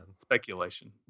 Speculation